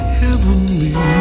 heavenly